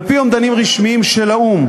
על-פי אומדנים רשמיים של האו"ם,